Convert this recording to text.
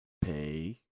Pay